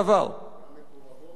גם מקורבו וגם ראש מל"ל, שניהם לשעבר.